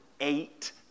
eight